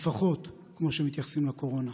לפחות כמו שמתייחסים לקורונה.